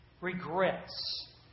Regrets